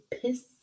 piss